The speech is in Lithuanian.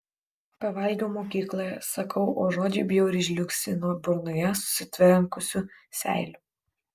pavalgiau mokykloje sakau o žodžiai bjauriai žliugsi nuo burnoje susitvenkusių seilių